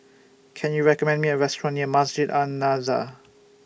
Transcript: Can YOU recommend Me A Restaurant near Masjid An Nahdhah